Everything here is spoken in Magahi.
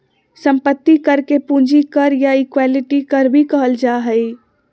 संपत्ति कर के पूंजी कर या इक्विटी कर भी कहल जा हइ